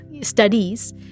studies